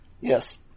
Yes